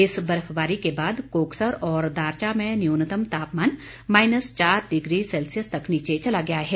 इस बर्फबारी के बाद कोकसर और दारचा में न्यून्तम तापमान माइनस चार डिग्री सेल्सियस तक नीचे चला गया है